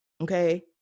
Okay